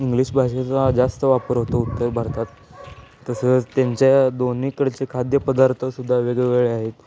English भाषेचा जास्त वापर होतो उत्तर भारतात तसंच त्यांच्या दोन्हीकडचे खाद्यपदार्थसुद्धा वेगवेगळे आहेत